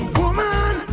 woman